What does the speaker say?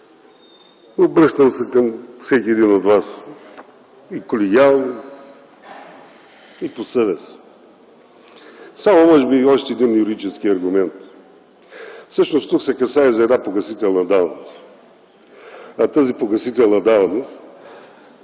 Обръщам се към всеки един от вас – и колегиално, и по съвест. Може би само още един юридически аргумент. Всъщност тук се касае за една погасителна давност, а тази погасителна давност